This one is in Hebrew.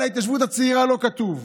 על ההתיישבות הצעירה לא כתוב,